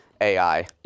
AI